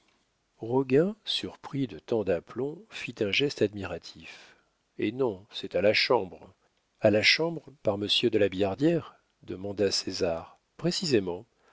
roguin surpris de tant d'aplomb fit un geste admiratif eh non c'est à la chambre a la chambre par monsieur de la billardière demanda césar précisément